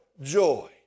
joy